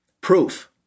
proof